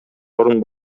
орун